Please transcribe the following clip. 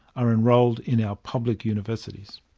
are enrolled in our public universities.